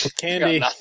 Candy